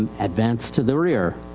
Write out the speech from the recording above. advance to the rear.